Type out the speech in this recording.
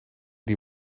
die